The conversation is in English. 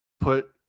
put